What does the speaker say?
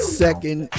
second